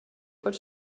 pot